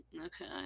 Okay